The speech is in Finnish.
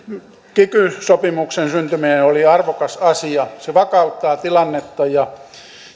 kiky sopimuksen syntyminen oli arvokas asia se vakauttaa tilannetta ja